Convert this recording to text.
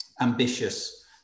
ambitious